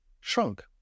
shrunk